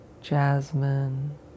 jasmine